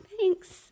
Thanks